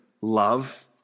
love